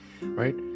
right